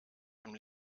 dem